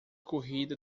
corrida